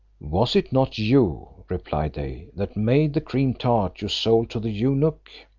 was it not you, replied they, that made the cream-tart you sold to the eunuch?